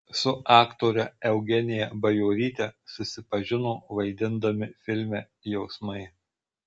su aktore eugenija bajoryte susipažino vaidindami filme jausmai